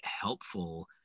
helpful